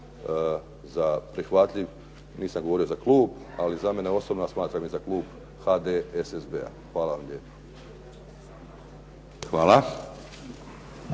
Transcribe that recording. prihvatljiv. Nisam govorio za klub, ali za mene osobno, a smatram i za klub HDSSB-a. Hvala vam lijepo.